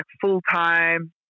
full-time